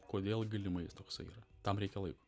kodėl galimai jis toksai yra tam reikia laiko